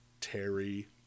Terry